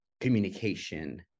communication